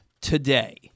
today